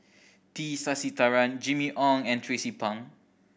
T Sasitharan Jimmy Ong and Tracie Pang